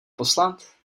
poslat